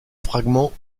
fragments